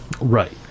Right